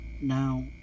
now